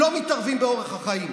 לא מתערבים באורח החיים.